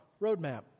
roadmap